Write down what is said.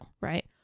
right